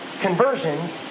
conversions